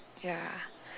ya